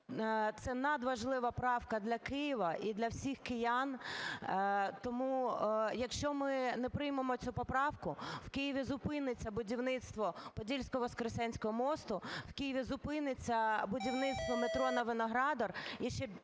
Це надважлива правка для Києва і для всіх киян. Тому, якщо ми не приймемо цю поправку, в Києві зупиниться будівництво Подільсько-Воскресенського мосту, в Києві зупиниться будівництво метро на Виноградар,